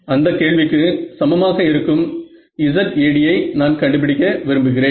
அந்தக் கேள்விக்கு சமமாக இருக்கும் ZAd ஐ நான் கண்டுபிடிக்க விரும்புகிறேன்